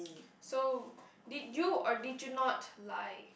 so did you or did you not lie